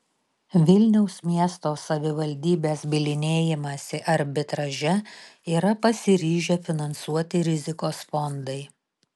vilniaus miesto savivaldybės bylinėjimąsi arbitraže yra pasiryžę finansuoti rizikos fondai